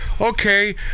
okay